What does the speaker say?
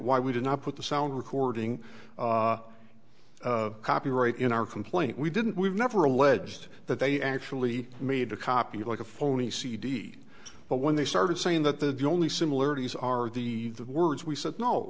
why we did not put the sound recording copyright in our complaint we didn't we've never alleged that they actually made a copy like a phony cd but when they started saying that the only similarities are the words we said no